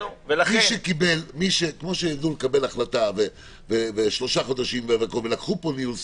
--- כמו שידעו לקבל החלטה ולקחו פה ניהול סיכונים,